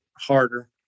harder